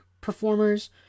performers